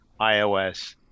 iOS